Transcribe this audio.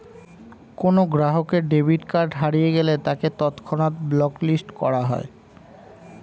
কোনো গ্রাহকের debit card হারিয়ে গেলে তাকে তৎক্ষণাৎ ব্লক লিস্ট করা হয়